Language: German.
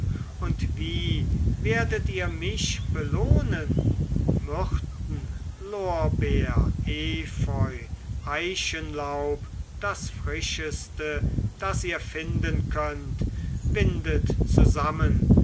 und wie werdet ihr mich belohnen myrten lorbeer efeu eichenlaub das frischeste das ihr finden könnt windet zusammen